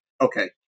Okay